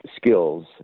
skills